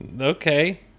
Okay